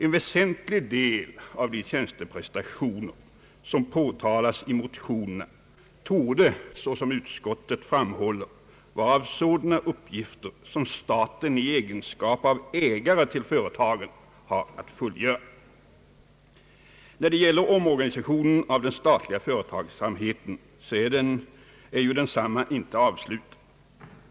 En väsentlig del av de tjänsteprestationer som berörs i motionerna torde, såsom utskottet framhåller, vara sådana uppgifter som staten i egenskap av ägare till företagen har att fullgöra. Beträffande omorganisationen av den statliga företagsamheten så är den inte avslutad.